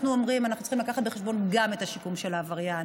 אנחנו אומרים שאנחנו צריכים להביא בחשבון גם את השיקום של העבריין,